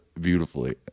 beautifully